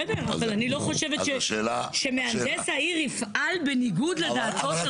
בסדר אבל אני לא חושבת שמהנדס העיר יפעל בניגוד לדעתו של ראש העיר.